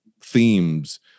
themes